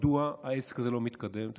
מדוע העסק הזה לא מתקדם.